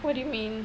what do you mean